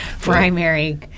primary